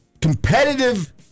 competitive